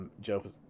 Joseph